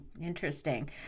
Interesting